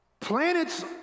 Planets